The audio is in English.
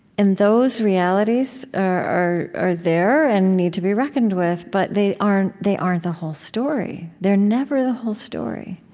and those realities are are there, and need to be reckoned with. but they aren't they aren't the whole story. they're never the whole story